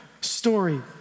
story